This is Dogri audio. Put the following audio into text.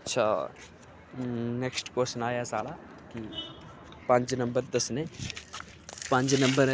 अच्छा नेक्सट कोशन आए साढ़ा कि पंज नम्बर दस्सने पंज नम्बर